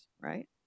right